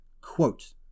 quote